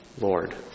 Lord